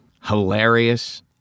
hilarious